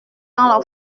dans